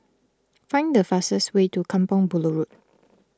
find the fastest way to Kampong Bahru Road